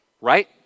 right